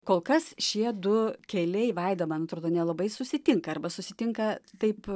kol kas šie du keliai vaida man atrodo nelabai susitinka arba susitinka taip